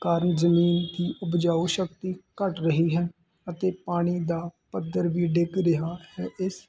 ਕਾਰਨ ਜ਼ਮੀਨ ਦੀ ਉਪਜਾਊ ਸ਼ਕਤੀ ਘੱਟ ਰਹੀ ਹੈ ਅਤੇ ਪਾਣੀ ਦਾ ਪੱਧਰ ਵੀ ਡਿੱਗ ਰਿਹਾ ਹੈ ਇਸ